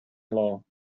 law